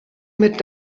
mit